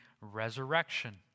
resurrection